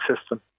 system